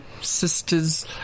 sister's